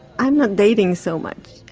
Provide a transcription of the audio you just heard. i'm not dating so much.